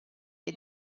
est